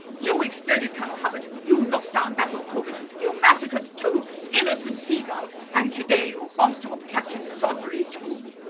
you exploded colonel hubbard, you knocked down basil corbett, you massacred two innocent seagulls and today you bumped off captain sodbury too!